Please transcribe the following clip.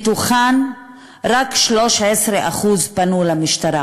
ומתוכן רק 13% פנו למשטרה.